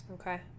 okay